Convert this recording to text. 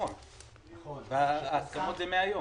אתמול, וההסכמות הן מהיום.